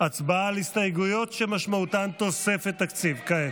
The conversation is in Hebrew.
הצבעה על הסתייגויות שמשמעותן תוספת תקציב, כעת.